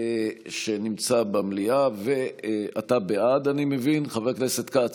שנמצא במליאה, אתה בעד, אני מבין, חבר הכנסת כץ,